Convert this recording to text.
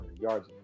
yards